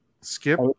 Skip